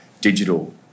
digital